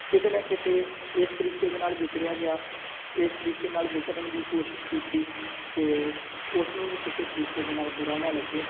ਕਿਤੇ ਨਾ ਕਿਤੇ ਇਸ ਤਰੀਕੇ ਦੇ ਨਾਲ ਵਿਚਰਿਆ ਗਿਆ ਇਸ ਤਰੀਕੇ ਨਾਲ ਵਿਚਰਨ ਦੀ ਕੋਸ਼ਿਸ਼ ਕੀਤੀ ਕਿ ਉਸ ਨੂੰ ਵੀ ਕਿਸੇ ਤਰੀਕੇ ਦੇ ਨਾਲ ਬੁਰਾ ਨਾ ਲੱਗੇ